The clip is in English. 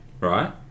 right